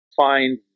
find